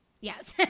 Yes